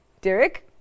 Derek